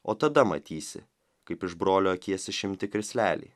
o tada matysi kaip iš brolio akies išimti krislelį